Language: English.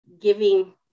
giving